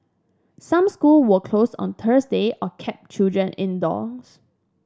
some school were closed on Thursday or kept children indoors